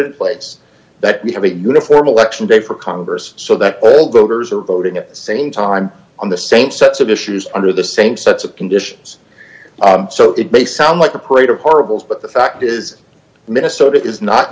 in place that we have a uniform election day for congress so that the voters are voting at the same time on the same sets of issues under the same sets of conditions so it may sound like a parade of horribles but the fact is minnesota is not